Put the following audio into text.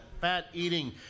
fat-eating